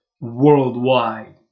worldwide